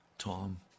Tom